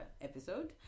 episode